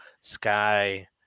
Sky